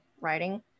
writing